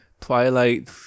Twilight